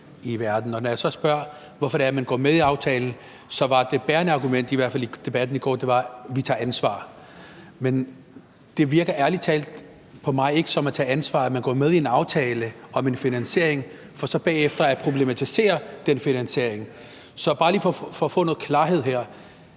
i verden. Og når jeg så spørger, hvorfor det er, at man går med i aftalen, var det bærende argument, i hvert fald ifølge debatten i går: Vi tager ansvar. Men på mig virker det ærlig talt ikke som at tage ansvar, at man går med i en aftale om en finansiering for så bagefter at problematisere den finansiering. Så bare lige for at få noget klarhed her: